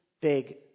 big